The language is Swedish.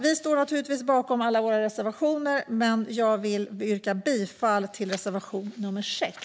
Vi står naturligtvis bakom alla våra reservationer, men jag vill yrka bifall till reservation nr 6.